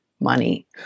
money